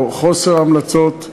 או חוסר המלצות.